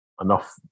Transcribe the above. enough